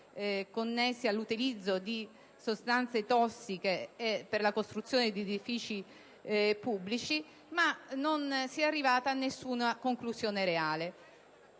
connessi all'utilizzo di sostanze tossiche per la costruzione di edifici pubblici, ma non si è arrivati ad alcuna conclusione reale.